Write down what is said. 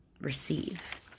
receive